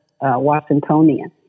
Washingtonian